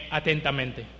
atentamente